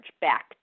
back